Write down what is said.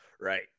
Right